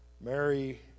mary